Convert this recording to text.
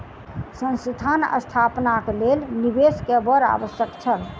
संस्थान स्थापनाक लेल निवेश के बड़ आवश्यक छल